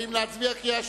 האם להצביע בקריאה שלישית,